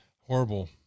Horrible